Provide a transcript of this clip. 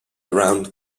around